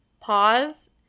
pause